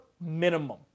minimum